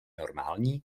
normální